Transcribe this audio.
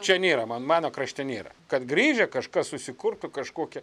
čia nėra man mano krašte nėra kad grįžę kažkas susikurtų kažkokią